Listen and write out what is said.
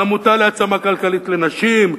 העמותה להעצמה כלכלית לנשים,